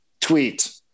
tweet